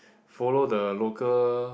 follow the local